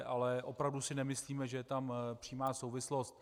Ale opravdu si nemyslíme, že je tam přímá souvislost.